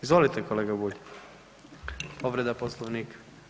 Izvolite kolega Bulj, povreda Poslovnika.